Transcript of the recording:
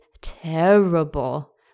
terrible